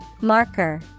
Marker